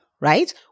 right